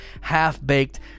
half-baked